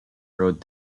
road